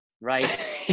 right